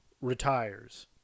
retires